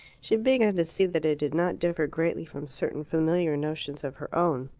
she began to see that it did not differ greatly from certain familiar notions of her own.